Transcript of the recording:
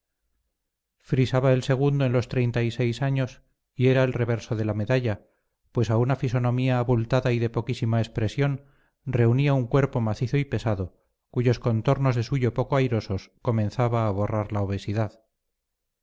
frisaba el segundo en los treinta y seis años y era el reverso de la medalla pues a una fisonomía abultada y de poquísima expresión reunía un cuerpo macizo y pesado cuyos contornos de suyo poco airosos comenzaba a borrar la obesidad